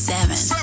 Seven